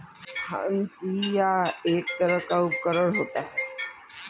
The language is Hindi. हंसिआ एक तरह का उपकरण होता है